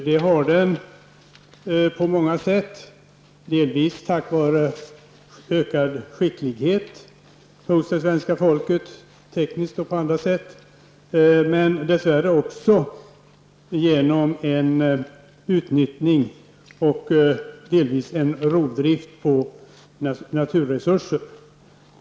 Det har den, tack vare ökad skicklighet hos svenska folket -- tekniskt och på andra sätt -- men dess värre också på grund av ett utnyttjande av och en rovdrift på naturresurser.